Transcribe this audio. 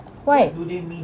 why